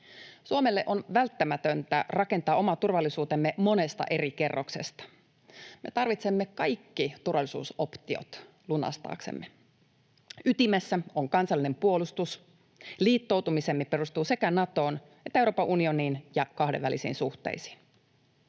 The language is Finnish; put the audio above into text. Suomelle on välttämätöntä rakentaa oma turvallisuutemme monesta eri kerroksesta. Me tarvitsemme kaikki turvallisuusoptiot lunastaaksemme. Ytimessä on kansallinen puolustus. Liittoutumisemme perustuu sekä Natoon että Euroopan unioniin ja kahdenvälisiin suhteisiin.